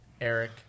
Eric